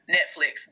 Netflix